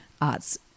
arts